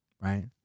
Right